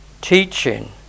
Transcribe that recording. teaching